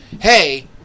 hey